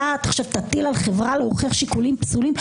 אתה חושב שתטיל על חברה להוכיח שיקולים פסולים,